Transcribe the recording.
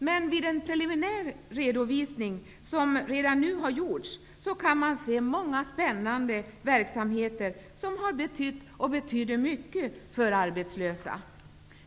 Men vid en preliminär redovisning, som redan gjorts, kan man se många spännande verksamheter som har betytt och betyder mycket för de arbetslösa.